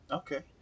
okay